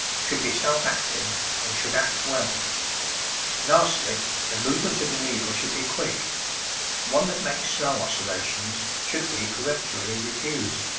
should be self-acting and should act well lastly the movements of the needle should be quick one that makes slow oscillations should be peremptorily refused,